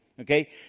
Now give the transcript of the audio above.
okay